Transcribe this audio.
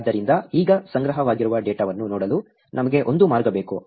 ಆದ್ದರಿಂದ ಈಗ ಸಂಗ್ರಹವಾಗಿರುವ ಡೇಟಾವನ್ನು ನೋಡಲು ನಮಗೆ ಒಂದು ಮಾರ್ಗ ಬೇಕು